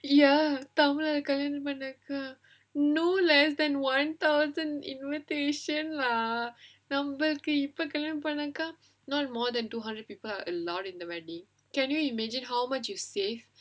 ya Tamil நாட்டுல கல்யாணம் பண்ணாக்கா:tamil naatula kalyaanam pannnaakka no less than one thousand invitation lah நம்மளுக்கு இப்ப கல்யாணம் பண்ணாக்கா:nammalukku ippa kalyaanam pannaakkaa not more than two hundred people are allowed in the wedding can you imagine how much you save